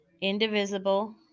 indivisible